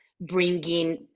bringing